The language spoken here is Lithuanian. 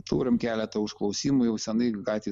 turim keletą užklausimų jau senai gatvėj